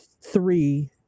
three